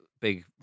big